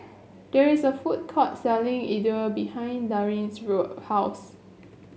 there is a food court selling Idili behind Darrin's road house